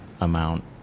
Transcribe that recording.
amount